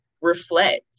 reflect